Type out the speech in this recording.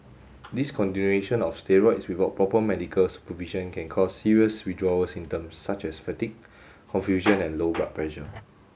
discontinuation of steroid without proper medical supervision can cause serious withdrawal symptoms such as fatigue confusion and low blood pressure